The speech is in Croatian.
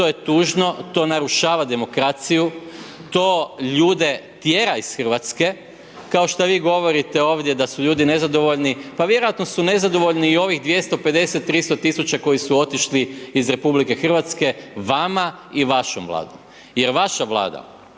to je tužno, to narušava demokraciju, to ljude tjera iz Hrvatske kao šta vi govorite ovdje da su ljudi nezadovoljni, pa vjerojatno su nezadovoljni i ovih 250, 300 000 koji su otišli iz RH-a, vama i vašom Vladom jer vaša Vlada g.